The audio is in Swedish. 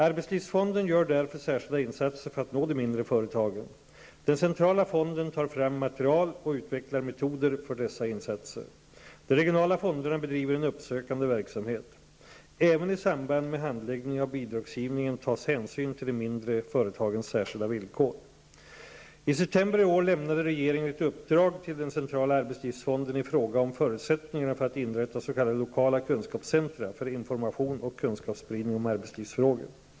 Arbetslivsfonden gör därför särskilda insatser för att nå de mindre företagen. Den centrala fonden tar fram material och utvecklar metoder för dessa insatser. De regionala fonderna bedriver en uppsökande verksamhet. Även i samband med handläggningen av bidragsgivningen tas hänsyn till de mindre företagens särskilda villkor. I september i år lämnade regeringen ett uppdrag till den centrala arbetslivsfonden i fråga om förutsättningarna för att inrätta s.k. lokala kunskapscentra för information och kunskapsspridning om arbetslivsfrågor.